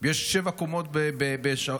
יש שבע קומות בשרונה.